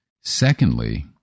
Secondly